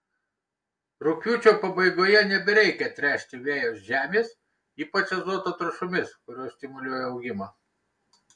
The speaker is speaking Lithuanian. rugpjūčio pabaigoje nebereikia tręšti vejos žemės ypač azoto trąšomis kurios stimuliuoja augimą